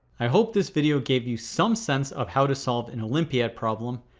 i hope this video gave you some sense of how to solve an olympiad problem,